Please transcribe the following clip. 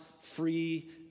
free